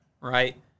Right